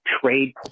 Trade